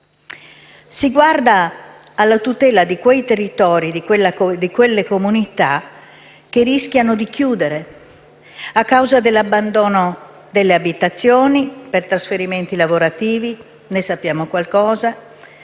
Si guarda alla tutela di quei territori e di quelle comunità che rischiano di chiudere a causa dell'abbandono delle abitazioni per trasferimenti lavorativi (ne sanno qualcosa